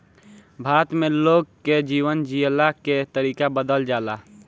भारत में लोग के जीवन जियला के तरीका बदलल जाला